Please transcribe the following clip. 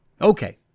Okay